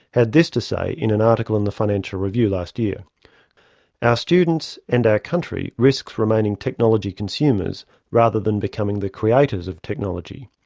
had this to say in an article in the financial review last year ur ah students and our country risks remaining technology consumers rather than becoming the creators of technology.